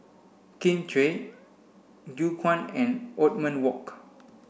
Kin Chui Gu Juan and Othman Wok